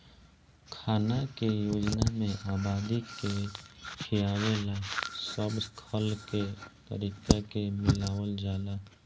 खाना के योजना में आबादी के खियावे ला सब खल के तरीका के मिलावल जाला